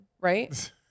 Right